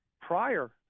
prior